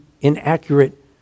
inaccurate